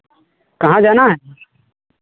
कहाँ जाना है